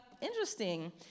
interesting